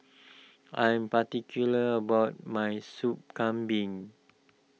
I am particular about my Soup Kambing